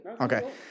Okay